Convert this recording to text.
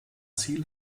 ziel